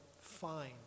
Fine